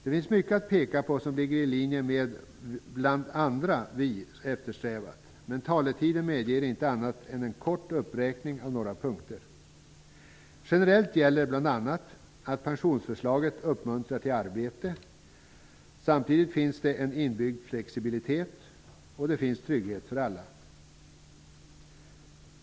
Det finns mycket att peka på som ligger i linje med det som bl.a. vi eftersträvar, men taletiden medger inte annat än en kort uppräkning av några punkter. Generellt gäller bl.a. att pensionsförslaget uppmuntrar till arbete. Samtidigt finns det en inbyggd flexibilitet, och det finns trygghet för alla.